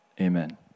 Amen